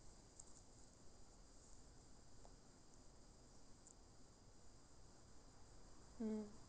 mm